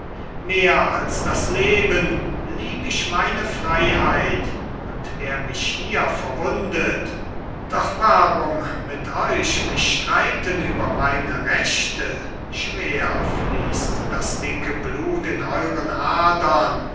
mehr als das leben lieb ich meine freiheit und wer mich hier verwundet doch warum mit euch mich streiten über meine rechte schwer fließt das dicke blut in euren adern